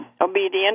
obedient